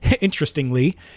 interestingly